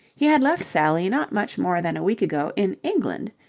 he had left sally not much more than a week ago in england,